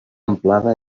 amplada